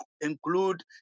include